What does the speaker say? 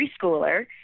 preschooler